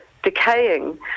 decaying